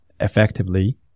effectively